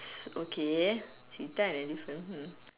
okay cheetah and elephant hmm